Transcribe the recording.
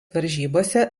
varžybose